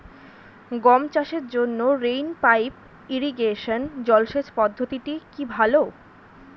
গম চাষের জন্য রেইন পাইপ ইরিগেশন জলসেচ পদ্ধতিটি কি ভালো?